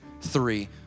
three